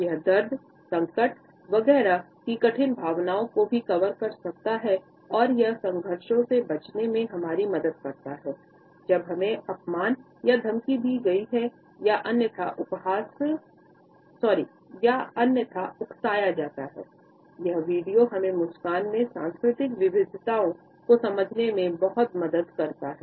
यह दर्द संकट वगैरह की कठिन भावनाओं को भी कवर कर सकता है और यह यह वीडियो हमें मुस्कान में सांस्कृतिक विविधताओं को समझने में बहुत मदद करता है